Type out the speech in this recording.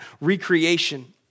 recreation